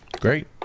great